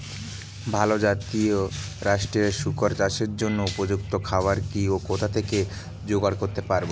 ভালো জাতিরাষ্ট্রের শুকর চাষের জন্য উপযুক্ত খাবার কি ও কোথা থেকে জোগাড় করতে পারব?